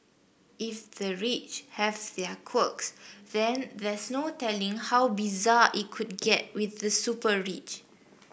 if the rich have their quirks then there's no telling how bizarre it could get with the super rich